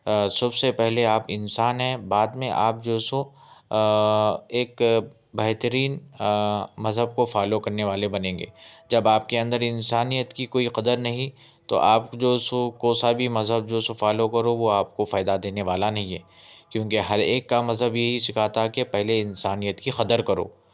سب سے پہلے آپ انسان ہیں بعد میں آپ جو سو ایک بہترین مذہب کو فالو کرنے والے بنیں گے جب آپ کے اندر انسانیت کی کوئی قدر نہیں تو آپ جو سو کون سا بھی مذہب جو سو فالو کرو وہ آپ کو فائدہ دینے والا نہیں ہے کیونکہ ہر ایک کا مذہب یہی سکھاتا ہے کہ پہلے انسانیت کی قدر کرو